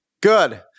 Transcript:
Good